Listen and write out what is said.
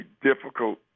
difficult